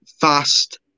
fast